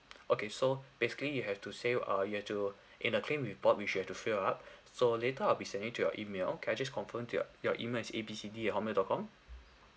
okay so basically you have to say uh you have to in a claim report we should have to fill up so later I'll be sending to your email can I just confirm to your your email is A B C D at hotmail dot com